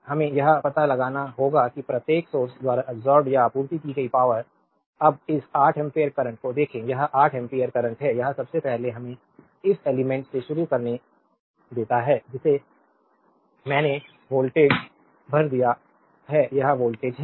तो हमें यह पता लगाना होगा कि प्रत्येक सोर्स द्वारा अब्सोर्बेद या आपूर्ति की गई पावर अब इस 8 एम्पीयर करंट को देखें यह 8 एम्पीयर करंट है यह सबसे पहले हमें इस एलिमेंट्स से इसे शुरू करने देता है जिसे मैंने वोल्टेज भर दिया है यह 5 वोल्ट है